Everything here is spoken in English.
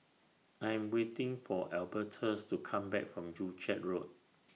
I'm waiting For Albertus to Come Back from Joo Chiat Road